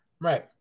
Right